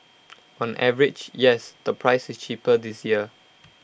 on average yes the price is cheaper this year